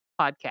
Podcast